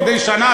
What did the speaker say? מדי שנה,